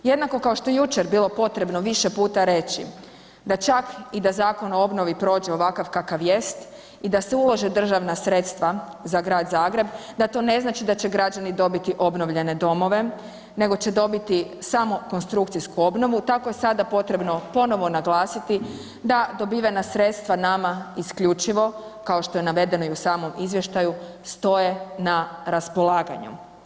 Jednako kao što je jučer bilo potrebno više puta reći da čak i da Zakon o obnovi prođe ovakav kakav jest i da se ulože državna sredstva za grad Zagreb, da to ne znači da će građani dobiti obnovljene domove, nego će dobiti samo konstrukcijsku obnovu, tako je sada potrebno ponovo naglasiti da dobivena sredstva nama isključivo, kao što je navedeno i u samom izvještaju, stoje na raspolaganju.